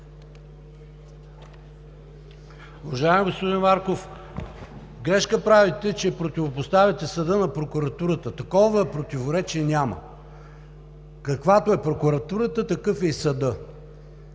Уважаеми господин Марков, грешка правите, че противопоставяте съда на прокуратурата. Такова противоречие няма – каквато е прокуратурата, такъв е и съдът.